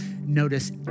notice